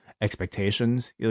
expectations